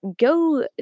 go